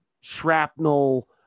shrapnel